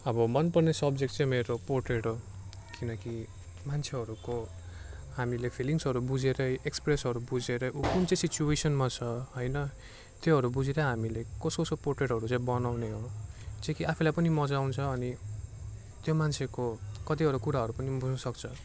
अब मनपर्ने सब्जेक्ट चाहिँ मेरो पोट्रेट हो किनकि मान्छेहरूको हामीले फिलिङ्ग्सहरू बुझेरै एक्प्रेसहरू बुझेरै ऊ कुन चाहिँ सिच्वेसनमा छ होइन त्योहरू बुझेर हामीले कस कसको पोट्रेटहरू चाहिँ बनाउने हो जो के आफूलाई पनि मजा आउँछ अनि त्यो मान्छेको कतिवटा कुराहरू पनि बुझ्नुसक्छ